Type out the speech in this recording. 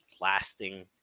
lasting